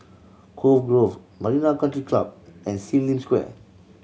Cove Grove Marina Country Club and Sim Lim Square